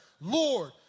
Lord